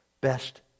best